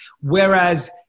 whereas